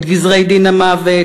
את גזרי-דין המוות,